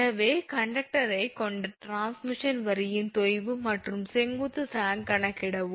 எனவே கண்டக்டரை கொண்ட டிரான்ஸ்மிஷன் வரியின் தொய்வு மற்றும் செங்குத்து சாக் கணக்கிடவும்